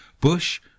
Bush